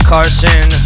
Carson